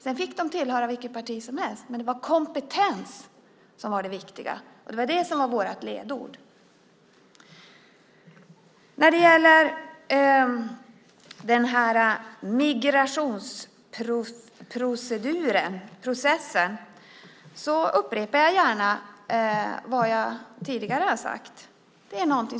Sedan fick de tillhöra vilket parti som helst, men det var kompetens som var det viktiga, och det var det som var vårt ledord. När det gäller migrationsprocessen upprepar jag gärna vad jag tidigare har sagt.